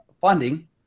funding